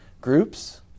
groups